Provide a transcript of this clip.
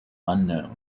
unknown